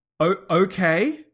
Okay